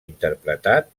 interpretat